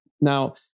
Now